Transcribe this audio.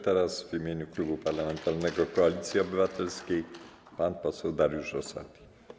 Teraz w imieniu Klubu Parlamentarnego Koalicja Obywatelska - pan poseł Dariusz Rosati.